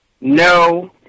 no